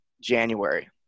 January